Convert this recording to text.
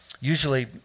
Usually